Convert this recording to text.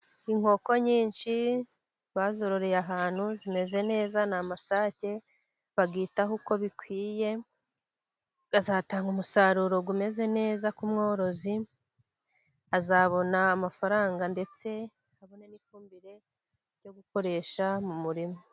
Inkoko nyinshi, bazororeye ahantu, zimeze neza, ni amasake bayitaho uko bikwiye, zizatanga umusaruro umeze neza ku mworozi, azabona amafaranga, ndetse abone n'ifumbire yo gukoresha mu murima.